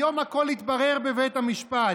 היום הכול התברר בבית המשפט.